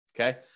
Okay